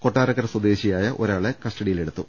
കൊട്ടാരക്കര സ്വദേ ശിയായ ഒരാളെ കസ്റ്റഡിയിലെടുത്തു